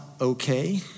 okay